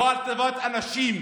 לא על טובת אנשים.